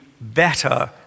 better